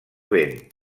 vent